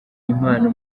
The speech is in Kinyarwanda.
impano